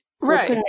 right